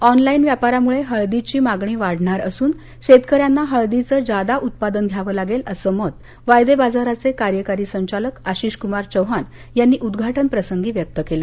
online व्यापारामुळे हळदीची मागणी वाढणार असून शेतक यांना हळदीचं जादा उत्पादन घ्यावं लागेल असं मत वायदे बाजाराचे कार्यकारी संचालक आशिषकुमार चौहान यांनी उद्घाटन प्रसंगी व्यक्त केलं